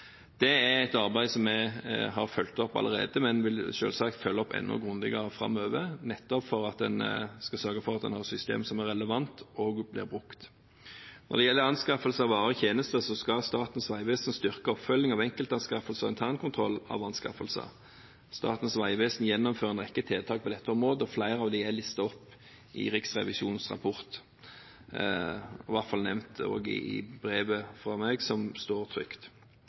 Det er et arbeid som vi har fulgt opp allerede, men vi vil selvsagt følge opp enda grundigere framover, nettopp for å sørge for at vi har et system som er relevant, og som blir brukt. Når det gjelder anskaffelse av varer og tjenester, skal Statens vegvesen styrke oppfølging av enkeltanskaffelser og internkontroll av anskaffelser. Statens vegvesen gjennomfører en rekke tiltak på dette området. Flere av dem er listet opp i Riksrevisjonens rapport og er i hvert fall nevnt også i brevet fra meg som står